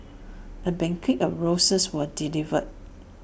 A bouquet of roses was delivered